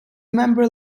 member